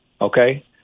okay